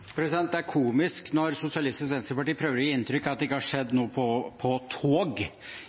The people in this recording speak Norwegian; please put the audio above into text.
Det er komisk når Sosialistisk Venstreparti prøver å gi inntrykk av at det ikke har skjedd noe på tog.